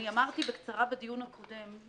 אני אמרתי בקצרה בדיון הקודם,